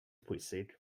pwysig